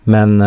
Men